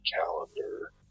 calendar